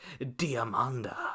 Diamanda